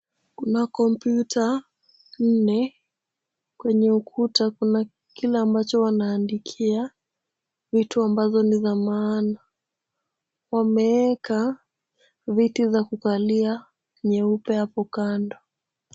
Kuna kompyuta nne. Kwenye ukuta kuna kile ambacho wanaandikia. Vitu ambazo ni za maana. Wameweka viti za kukalia, nyeupe hapo kando.